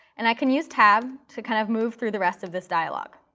and i can use tab to kind of move through the rest of this dialog.